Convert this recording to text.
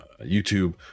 YouTube